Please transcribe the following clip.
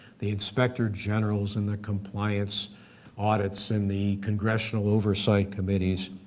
the inspector generals and the compliance audits and the congressional oversight committees,